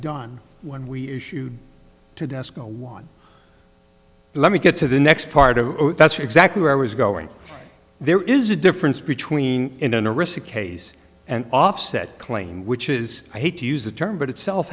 done when we issued to desk one let me get to the next part of that's exactly where i was going there is a difference between in a receipt case and offset claim which is i hate to use the term but itself